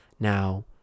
Now